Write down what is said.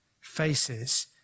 faces